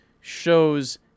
shows